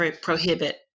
prohibit